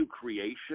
creation